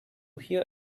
hear